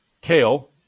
kale